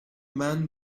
man